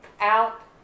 out